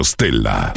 Stella